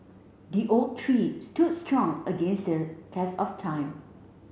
the oak tree stood strong against the test of time